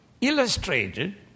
illustrated